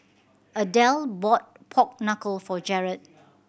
Adelle bought pork knuckle for Jarod